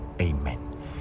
Amen